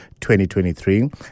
2023